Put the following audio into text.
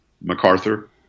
MacArthur